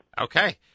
Okay